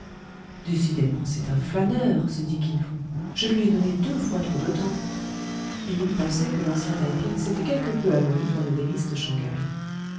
décidément c'est un flâneur se dit kin fo je lui ai donné deux fois trop de temps et il pensait que l'ancien taï ping s'était quelque peu amolli dans les délices de shang haï